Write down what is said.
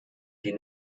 die